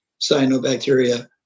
cyanobacteria